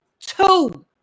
two